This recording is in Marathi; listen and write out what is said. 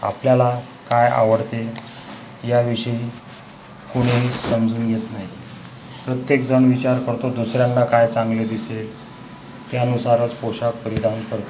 आपल्याला काय आवडते या विषयी कुणी समजून घेत नाही प्रत्येकजण विचार करतो दुसऱ्यांना काय चांगले दिसेल त्यानुसारच पोशाख परिधान करतो